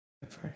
First